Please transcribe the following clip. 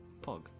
Pog